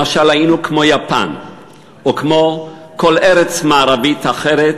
למשל, היינו כמו יפן או כמו כל ארץ מערבית אחרת,